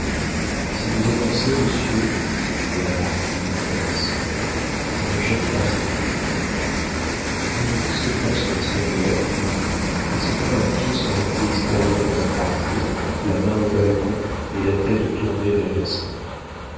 si vous avancez monsieur s'écria la marquise en pâlissant je me jette par cette fenêtre elle sauta sur l'espagnolette l'ouvrit et se tint un pied sur l'appui extérieur de la croisée la main au balcon et la tête tournée vers gaston